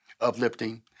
Uplifting